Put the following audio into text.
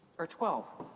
or twelve.